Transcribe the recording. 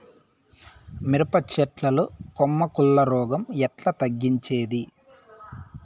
మిరప చెట్ల లో కొమ్మ కుళ్ళు రోగం ఎట్లా తగ్గించేది?